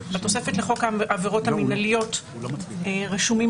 בתוספת לחוק העבירות המינהליות רשומים